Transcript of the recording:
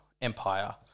empire